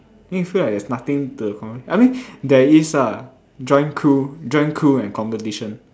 then you feel like there's nothing to accomplish I mean there is lah join crew join crew and competition